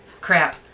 crap